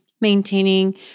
maintaining